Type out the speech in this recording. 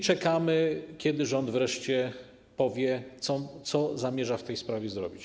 Czekamy, kiedy rząd wreszcie powie, co zamierza w tej sprawie zrobić.